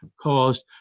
caused